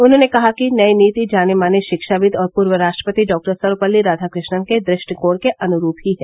उन्होंने कहा कि नई नीति जाने माने शिक्षाविद और पूर्व राष्ट्रपति डॉक्टर सर्वपत्ली राधाकृष्णन के दृष्टिकोण के अनुरूप ही है